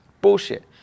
Bullshit